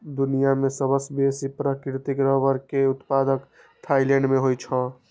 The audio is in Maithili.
दुनिया मे सबसं बेसी प्राकृतिक रबड़ के उत्पादन थाईलैंड मे होइ छै